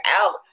out